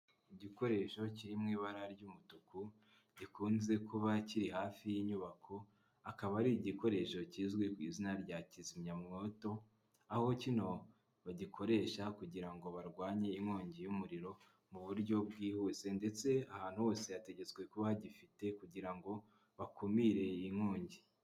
Igikoresho kiri mu ibara ry'umutuku, gikunze kuba kiri hafi y'inyubako, akaba ari igikoresho kizwi ku izina rya kizimyamwoto, aho kino bagikoresha kugira ngo barwanye inkongi y'umuriro mu buryo bwihuse ndetse ahantu hose hategetswe kuba bagifite, kugira ngo bakumire iyi nkongi.